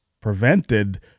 prevented